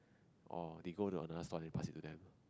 oh they go another store they pass it to them